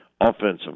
offensive